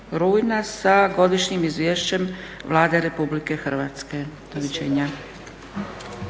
rujna sa Godišnjim izvješćem Vlade Republike Hrvatske. Doviđenja.